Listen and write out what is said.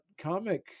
Comic